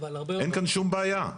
אין כאן שום בעיה.